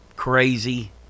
Crazy